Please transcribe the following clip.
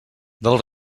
del